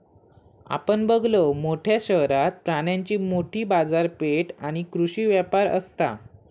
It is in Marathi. आपण बघलव, मोठ्या शहरात प्राण्यांची मोठी बाजारपेठ आणि कृषी व्यापार असता